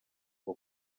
ngo